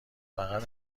فقط